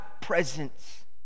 presence